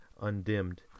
undimmed